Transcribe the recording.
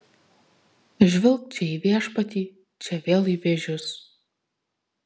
žvilgt čia į viešpatį čia vėl į vėžius